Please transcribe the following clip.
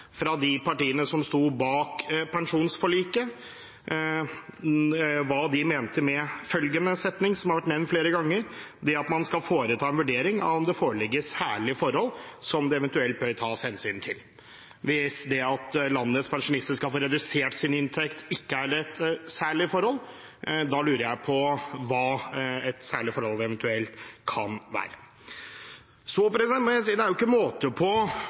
fra de partiene som sto bak pensjonsforliket, på hva de mente med setningen som har vært nevnt flere ganger – at man skal foreta en vurdering av om det foreligger særlige forhold som det eventuelt bør tas hensyn til. Hvis det at landets pensjonister skal få redusert sin inntekt, ikke er et særlig forhold, lurer jeg på hva et særlig forhold eventuelt kan være. Så må jeg si at det er ikke måte på